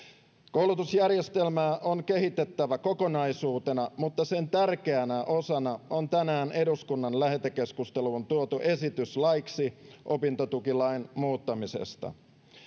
koulutusjärjestelmää on kehitettävä kokonaisuutena mutta sen tärkeänä osana on tänään eduskunnan lähetekeskusteluun tuotu esitys laiksi opintotukilain muuttamisesta